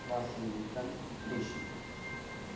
Washington DC